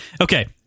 Okay